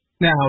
Now